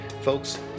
Folks